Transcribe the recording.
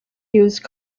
used